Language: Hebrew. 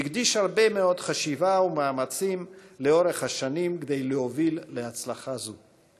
שהקדיש הרבה מאוד חשיבה ומאמצים לאורך השנים כדי להוביל להצלחה זו.